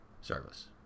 service